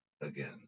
again